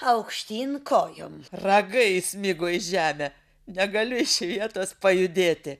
aukštyn kojom ragai įsmigo į žemę negaliu iš vietos pajudėti